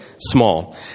small